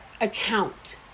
account